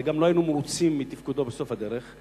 וגם לא היינו מרוצים מתפקודו בסוף הדרך,